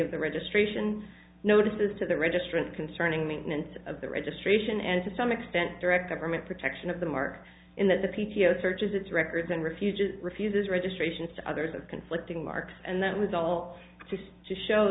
of the registration notices to the registrant concerning the minutes of the registration and to some extent direct government protection of the mark in that the p t o searches its records and refuses refuses registrations to others of conflicting marks and that was all just to show